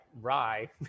rye